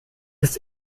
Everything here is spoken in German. ist